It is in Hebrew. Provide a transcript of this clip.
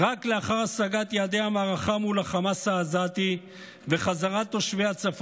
רק לאחר השגת יעדי המערכה מול החמאס העזתי וחזרת תושבי הצפון